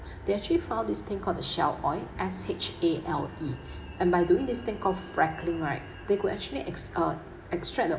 they actually found this thing called the shale oil S_H_A_L_E and by doing this think called fracking right they could actually ex~ uh extract the